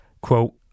quote